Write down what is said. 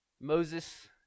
Moses